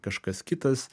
kažkas kitas